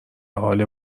حال